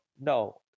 no